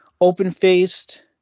open-faced